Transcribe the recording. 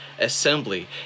assembly